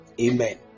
Amen